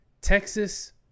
Texas